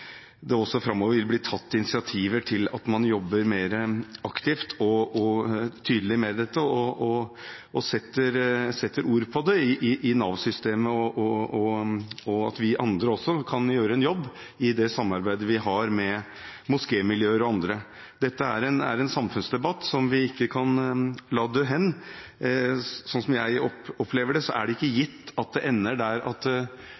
det også framover vil bli tatt initiativer til at man jobber mer aktivt og tydelig med dette, at man setter ord på det i Nav-systemet, og at vi andre også kan gjøre en jobb i det samarbeidet vi har med moskémiljøer og andre. Dette er en samfunnsdebatt som vi ikke kan la dø hen. Sånn som jeg opplever det, er det ikke gitt at